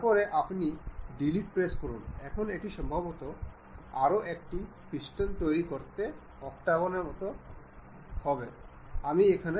এখন আমরা দেখতে পাচ্ছি যে এটি একে অপরের কাছে কনসেন্ট্রিক